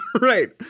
Right